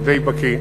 אני די בקי.